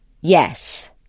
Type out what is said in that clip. yes